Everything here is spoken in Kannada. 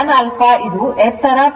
ಆದ್ದರಿಂದ tan alpha ಇದು ಎತ್ತರ 5